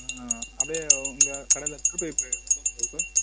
ம் அப்படியே உங்கள் கடையில் திருப்பைப்பு எவ்வளோக்கு வரும் சார்